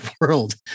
world